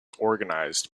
organized